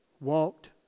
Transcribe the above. walked